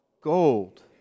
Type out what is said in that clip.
gold